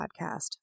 podcast